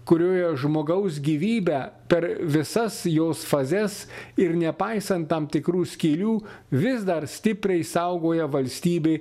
kurioje žmogaus gyvybę per visas jos fazes ir nepaisant tam tikrų skylių vis dar stipriai saugoja valstybė